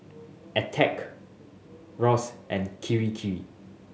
Attack Roxy and Kirei Kirei